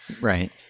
right